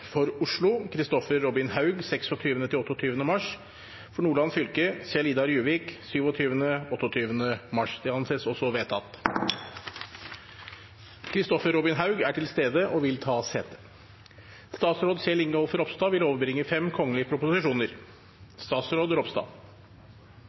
For Oslo: Kristoffer Robin Haug 26.–28. mars For Nordland fylke: Kjell-Idar Juvik 27.–28. mars Kristoffer Robin Haug er til stede og vil ta sete. Fra Statsministerens kontor foreligger følgende brev til Stortinget, datert 15. mars 2019: «Midlertidig overføring av ansvaret for justis- og innvandringssaker. I statsråd